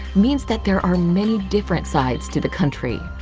means that there are many different sides to the country.